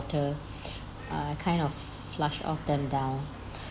water uh kind of flush off them down